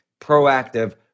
proactive